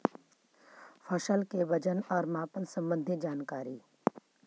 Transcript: फसल के वजन और मापन संबंधी जनकारी?